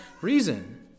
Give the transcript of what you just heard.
reason